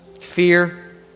fear